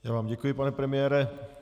Já vám děkuji, pane premiére.